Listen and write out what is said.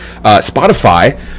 Spotify